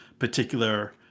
particular